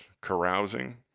carousing